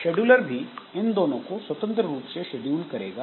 scheduler भी इन दोनों को स्वतंत्र रूप से शेड्यूल करेगा